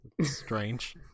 Strange